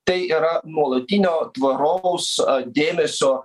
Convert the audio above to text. tai yra nuolatinio tvaraus dėmesio